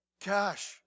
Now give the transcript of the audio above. cash